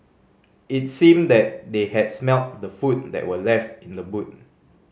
it seemed that they had smelt the food that were left in the boot